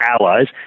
allies